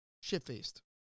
Shit-faced